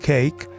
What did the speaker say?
Cake